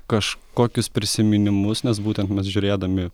kažkokius prisiminimus nes būtent mes žiūrėdami